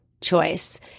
choice